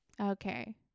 okay